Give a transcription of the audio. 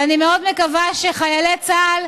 ואני מאוד מקווה שחיילי צה"ל,